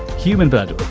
human blood,